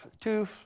two